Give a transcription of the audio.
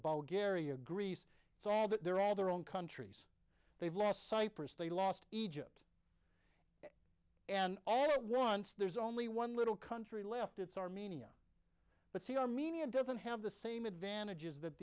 bulgaria greece it's all that they're all their own countries they've lost cyprus they lost egypt and all at once there's only one little country left it's armenia but see armenia doesn't have the same advantages that